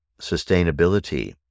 sustainability